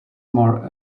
more